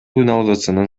үналгысынын